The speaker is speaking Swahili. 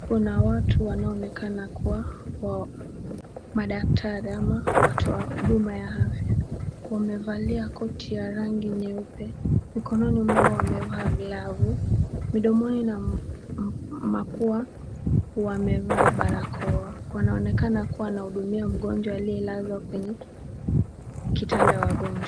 Kuna watu wanaonekana kuwa madaktari ama watu wa huduma ya afya. Wamevalia koti ya rangi nyeupe. Mikononi mwao wamevaa glavu. Midomoni na mapua wamevaa barakoa. Wanaonekana kuwa wanahudumia mgonjwa aliyelazwa kwenye kitanda ya wagonjwa.